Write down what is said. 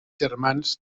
germans